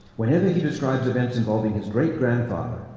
whenever he describes events involving his great-grandfather,